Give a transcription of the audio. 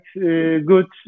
good